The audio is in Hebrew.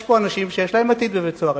יש פה אנשים שיש להם עתיד בבית-סוהר,